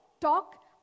talk